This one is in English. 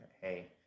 Hey